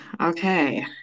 Okay